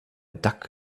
dug